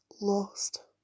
lost